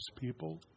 people